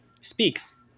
speaks